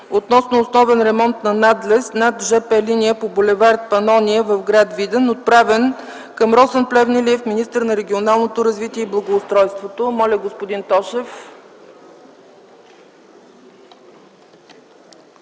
относно основен ремонт на надлез над жп линия по бул. „Панония” в гр. Видин, отправен към Росен Плевнелиев – министър на регионалното развитие и благоустройството. Господин Тошев,